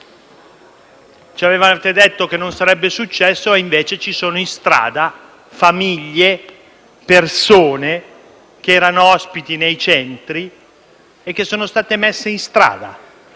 Ci avevate detto che non sarebbe successo a invece ci sono in strada famiglie, persone che erano ospiti nei centri e che sono state messe in strada,